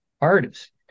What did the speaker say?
artists